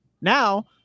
Now